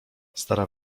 stara